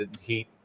heat